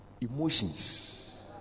emotions